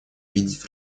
видеть